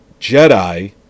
Jedi